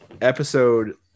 episode